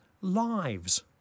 lives